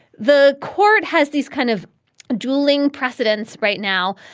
the court has these kind of dueling precedents right now.